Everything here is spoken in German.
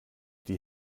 die